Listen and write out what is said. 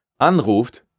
anruft